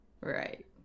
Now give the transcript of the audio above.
right